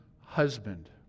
husband